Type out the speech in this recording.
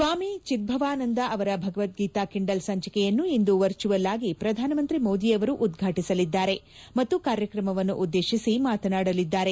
ಸ್ಲಾಮಿ ಚಿಧ್ಲವಾನಂದ್ ಅವರ ಭಗವತ್ ಗೀತಾ ಕಿಂಡಲ್ ಸಂಚಿಕೆಯನ್ನು ಇಂದು ವರ್ಚುವಲ್ ಆಗಿ ಪ್ರಧಾನಮಂತ್ರಿ ಮೋದಿಯವರು ಉದ್ವಾಟಿಸಲಿದ್ದಾರೆ ಮತ್ತು ಕಾರ್ಯಕ್ರಮವನ್ನು ಉದ್ದೇತಿಸಿ ಮಾತನಾಡಲಿದ್ದಾರೆ